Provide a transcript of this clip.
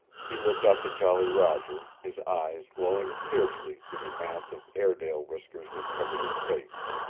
he looked up at jolly roger, his eyes glowing fiercely through the mass of airedale whiskers that covered his face.